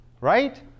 Right